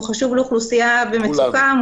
הוא חשוב לאוכלוסייה במצוקה,